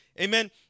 Amen